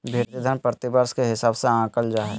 भृति धन प्रतिवर्ष के हिसाब से आँकल जा हइ